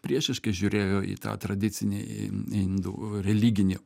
priešiškai žiūrėjo į tą tradicinį indų religinį